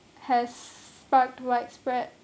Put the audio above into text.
has sparked widespread